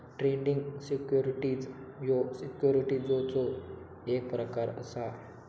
trading securities ह्यो सिक्युरिटीजचो एक प्रकार असा